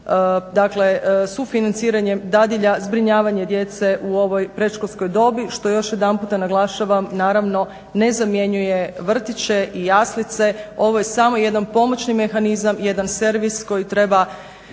sa ovim sufinanciranjem dadilja, zbrinjavanje djece u ovoj predškolskoj dobi što još jedanputa naglašavam naravno ne zamjenjuje vrtiće i jaslice. Ovo je samo jedan pomoćni mehanizam, jedan servis koji treba